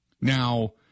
Now